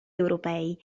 europei